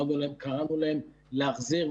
קראנו להם להחזיר,